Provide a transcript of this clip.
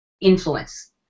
influence